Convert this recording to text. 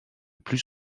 plus